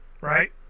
right